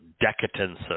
decadence